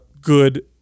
good